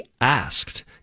asked